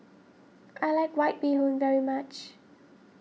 I like White Bee Hoon very much